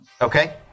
Okay